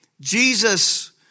Jesus